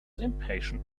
impatient